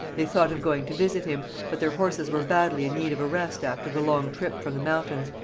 they thought of going to visit him but their horses were badly in need of a rest after the long trip from the mountains,